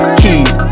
keys